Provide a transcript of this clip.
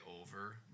over